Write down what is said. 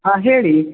ಹಾಂ ಹೇಳಿ